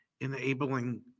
enabling